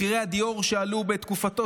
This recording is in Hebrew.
מחירי הדיור שעלו בתקופתו,